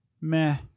meh